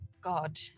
god